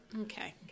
Okay